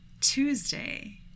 Tuesday